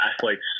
athletes